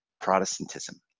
Protestantism